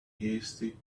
hasty